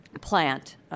plant